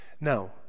Now